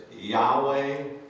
Yahweh